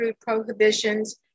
prohibitions